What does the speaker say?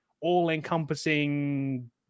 all-encompassing